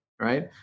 right